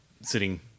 sitting